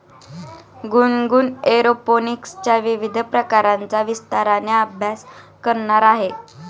गुनगुन एरोपोनिक्सच्या विविध प्रकारांचा विस्ताराने अभ्यास करणार आहे